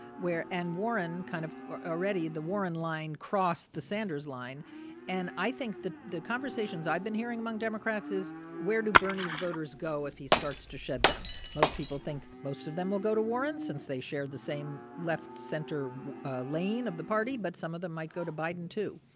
where and warren kind of already the warren line crossed the sanders line and i think that the conversations i've been hearing among democrats is where do bernie's voters go if he starts to shed them? most people think most of them will go to warren since they share the same left-center lane of the party. but some of them might go to biden, too.